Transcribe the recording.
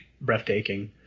breathtaking